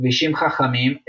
כבישים חכמים,